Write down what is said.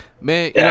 man